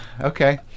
okay